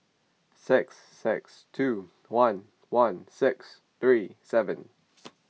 six six two one one six three seven